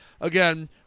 Again